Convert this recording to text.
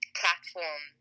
platform